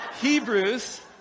Hebrews